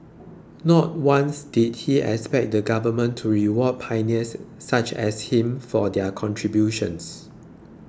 not once did he expect the Government to reward pioneers such as him for their contributions